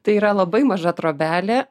tai yra labai maža trobelė